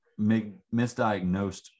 misdiagnosed